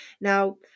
now